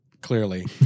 Clearly